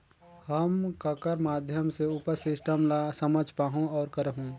हम ककर माध्यम से उपर सिस्टम ला समझ पाहुं और करहूं?